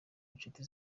nshuti